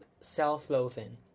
self-loathing